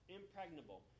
impregnable